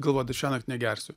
galvoju dar šiąnakt negersiu